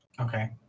Okay